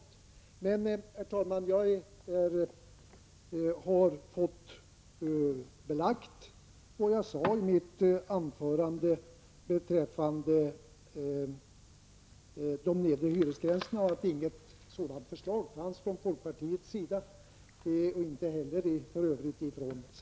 Jag har emellertid, herr talman, fått belagt vad jag sade i mitt anförande, att inget förslag beträffande de nedre hyresgränserna fanns från folkpartiets sida och för övrigt inte heller från centerns.